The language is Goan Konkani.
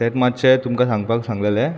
तेंत मात्शे तुमकां सांगपाक सांगलेलें